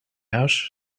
house